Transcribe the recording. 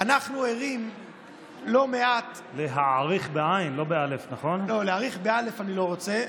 אנחנו ערים לא מעט, להעריך בעי"ן ולא באל"ף,